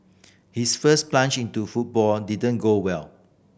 his first plunge into football didn't go well